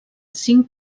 cinc